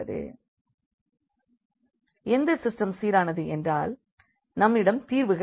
எனவே இந்த சிஸ்டெம் சீரானது என்றால் நம்மிடம் தீர்வுகள் இருக்கும்